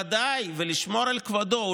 בוודאי, ולשמור על כבודו.